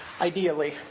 Ideally